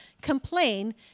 complain